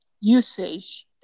usage